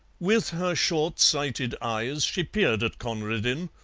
with her short-sighted eyes she peered at conradin,